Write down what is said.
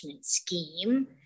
scheme